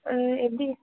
எப்படி